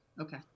Okay